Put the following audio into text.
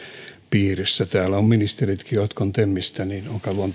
piirissä kun täällä ovat ministeritkin temistä niin